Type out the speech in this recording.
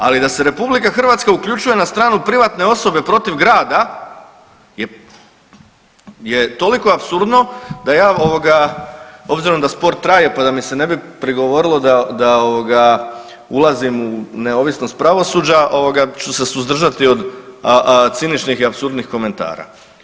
Ali da se RH uključuje na stranu privatne osobe protiv grada je toliko apsurdno da ja, ovoga, obzirom da spor traje pa da mi se ne bi prigovorilo da, ovoga, ulazim u neovisnost pravosuđa, ću se suzdržati od ciničnih i apsurdnih komentara.